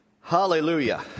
Hallelujah